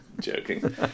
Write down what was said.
joking